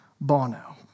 Bono